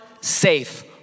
safe